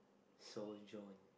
surgeon